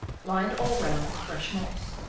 lined all round with fresh moss,